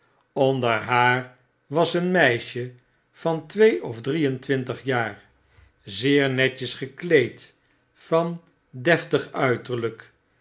onder haar was een meisje van twee of drie en twintig jaar zeer netjes gekleed van deftig uiterlijk